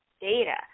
data